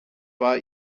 war